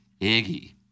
Iggy